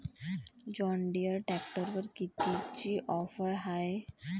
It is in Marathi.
जॉनडीयर ट्रॅक्टरवर कितीची ऑफर हाये?